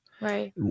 Right